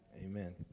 Amen